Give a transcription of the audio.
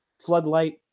Floodlight